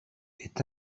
est